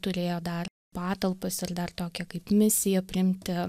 turėjo dar patalpas ir dar tokią kaip misiją priimti